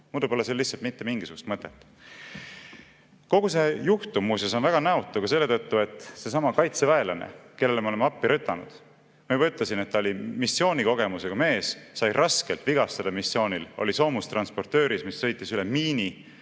muidu pole sel lihtsalt mitte mingisugust mõtet. Kogu see juhtum, muuseas, on väga näotu ka selle tõttu, et seesama kaitseväelane, kellele me oleme appi tõtanud, ma juba ütlesin, et ta oli missioonikogemusega mees, sai raskelt vigastada missioonil, oli soomustransportööris, mis sõitis üle miini,